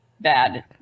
bad